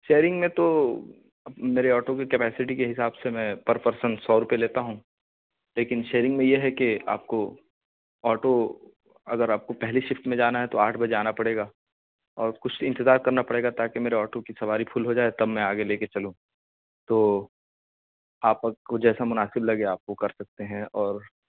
sharing میں تو اب میرے آٹو کی کیپاسٹی کے حساب سے میں پر پرسن سو روپئے لیتا ہوں لیکن شیئرنگ میں یہ ہے کہ آپ کو آٹو اگر آپ کو پہلی شفٹ میں جانا ہے تو آٹھ بجے آنا پڑے گا اور کچھ انتظار کرنا پڑے گا تاکہ میرے آٹو کی سواری فل ہو جائے تب میں آگے لے کے چلوں تو آپ کو جیسا مناسب لگے آپ وہ کر سکتے ہیں اور